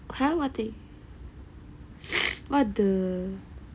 还要 what thing what the